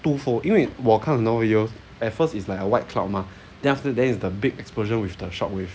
two fold 因为我看很多 video at first it's like a white cloud mah then after that is the big explosion with the shock wave